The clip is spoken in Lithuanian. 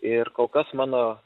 ir kol kas mano